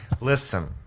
Listen